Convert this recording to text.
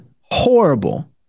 horrible